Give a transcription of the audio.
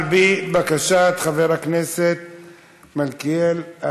על פי בקשת חבר הכנסת מלכיאלי.